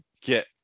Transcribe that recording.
get